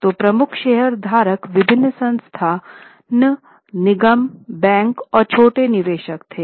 तो प्रमुख शेयरधारक विभिन्न संस्थान निगम बैंक और छोटे निवेशक थे